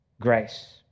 grace